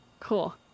Cool